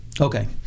Okay